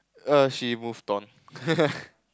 err she move on